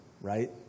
Right